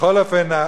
בכל אופן,